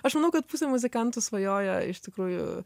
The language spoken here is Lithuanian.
aš manau kad pusė muzikantų svajoja iš tikrųjų